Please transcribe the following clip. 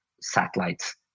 satellites